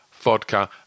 vodka